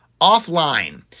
offline